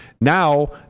Now